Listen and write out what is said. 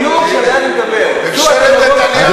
בדיוק על זה אני מדבר, שימוש בדברים, כיפאק-היי.